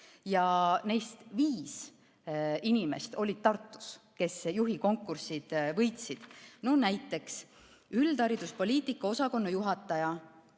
ja neist viis inimest olid Tartus, kes juhikonkursi võitsid. Näiteks üldhariduspoliitika osakonna juhataja